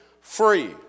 free